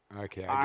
Okay